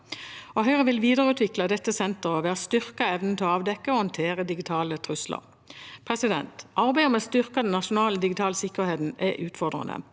Høyre vil videreutvikle dette senteret ved å styrke evnen til å avdekke og håndtere digitale trusler. Arbeidet med å styrke den nasjonale digitale sikkerheten er utfordrende.